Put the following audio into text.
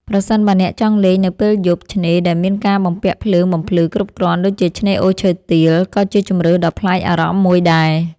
ប្រសិនបើអ្នកចង់លេងនៅពេលយប់ ឆ្នេរដែលមានការបំពាក់ភ្លើងបំភ្លឺគ្រប់គ្រាន់ដូចជាឆ្នេរអូឈើទាល ក៏ជាជម្រើសដ៏ប្លែកអារម្មណ៍មួយដែរ។